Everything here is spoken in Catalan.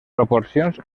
proporcions